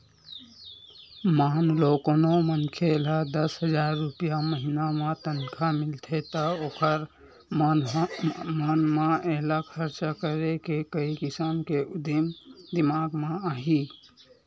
मान लो कोनो मनखे ल दस हजार रूपिया महिना म तनखा मिलथे त ओखर मन म एला खरचा करे के कइ किसम के उदिम दिमाक म आही